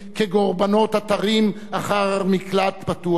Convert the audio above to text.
כקורבנות התרים אחר מקלט בטוח.